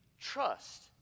trust